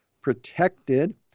protected